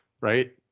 Right